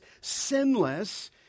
sinless